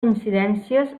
incidències